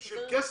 כאן?